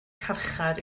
carchar